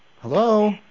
Hello